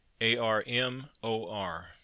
A-R-M-O-R